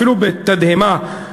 אפילו בתדהמה,